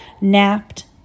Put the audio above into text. napped